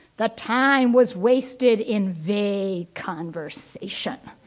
the time was wasted in vague conversation.